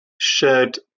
shared